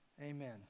Amen